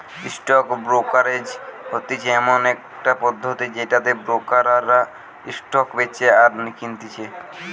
stock brokerage হতিছে এমন একটা পদ্ধতি যেটাতে ব্রোকাররা স্টক বেচে আর কিনতেছে